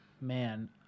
man